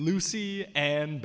lucy and